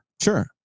sure